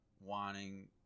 wanting